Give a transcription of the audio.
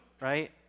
right